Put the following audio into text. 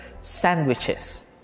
sandwiches